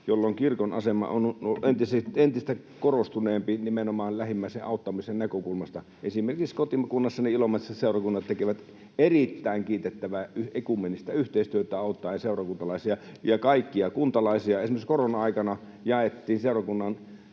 jolloin kirkon asema on ollut entistä korostuneempi nimenomaan lähimmäisen auttamisen näkökulmasta. Esimerkiksi kotikunnassani Ilomantsissa seurakunnat tekevät erittäin kiitettävää ekumeenista yhteistyötä auttaen seurakuntalaisia ja kaikkia kuntalaisia. Esimerkiksi korona-aikana jaettiin seurakuntien